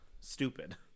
stupid